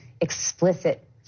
explicit